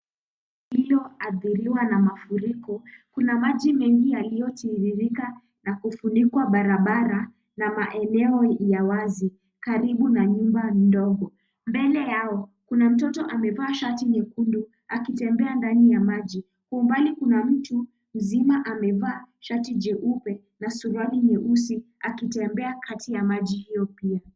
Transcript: Iliyoathiriwa na mafuriko, kuna maji mengi yaliyotiririka, na kufunika barabara na maeneo ya wazi karibu na nyumba ndogo. Mbele yao kuna mtoto amevaa shati nyekundu akitembea ndani ya maji. Kwa umbali kuna mtu mzima amevaa shati jeupe, na suruali nyeusi akitembea kati ya maji hiyo pia.